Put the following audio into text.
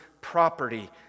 property